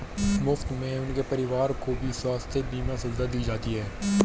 मुफ्त में उनके परिवार को भी स्वास्थ्य बीमा सुविधा दी जाती है